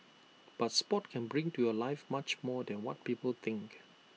but Sport can bring to your life much more than what people think